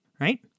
right